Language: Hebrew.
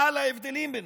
על ההבדלים ביניהם.